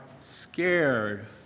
scared